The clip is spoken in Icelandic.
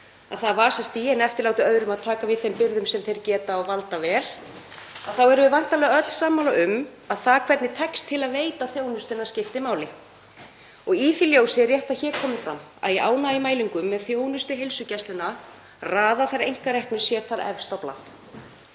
nauðsynlegt en eftirláti öðrum að taka við þeim byrðum sem þeir geta og valda vel, þá erum við væntanlega öll sammála um að það hvernig tekst til að veita þjónustuna skiptir máli. Í því ljósi er rétt að hér komi fram að í ánægjumælingum með þjónustu heilsugæslunnar raða þær einkareknu sér efst á blað.